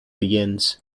begins